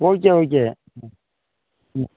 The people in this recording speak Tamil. ஓகே ஓகே ஆ ம்